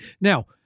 Now